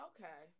Okay